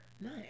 Nice